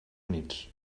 units